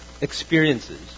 experiences